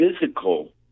physical